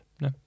No